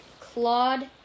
Claude